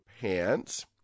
pants